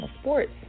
sports